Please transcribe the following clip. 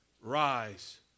rise